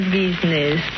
business